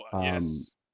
yes